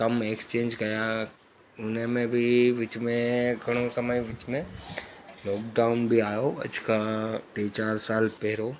कम एक्सचेंज कया उन में बि विच में घणो समय विच में लोकडाउन बि आयो अॼु का टे चारि साल पहिरियों